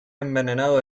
envenenado